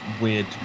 Weird